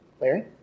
Larry